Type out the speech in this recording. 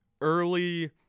early